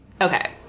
okay